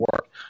work